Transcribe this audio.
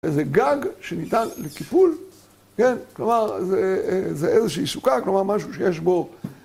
איזה גג שניתן לקיפול, כן, כלומר זה איזושהי סוכה, כלומר משהו שיש בו